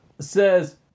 says